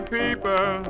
people